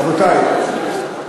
רבותי,